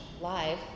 live